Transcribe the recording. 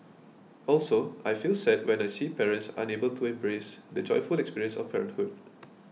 also I feel sad when I see parents unable to embrace the joyful experience of parenthood